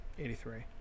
83